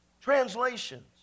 translations